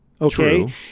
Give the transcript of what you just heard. okay